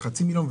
וחצי מיליון,